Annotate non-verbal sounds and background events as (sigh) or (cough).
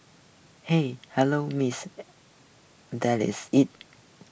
hi hello Miss (noise) that is it (noise)